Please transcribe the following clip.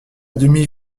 demi